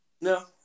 No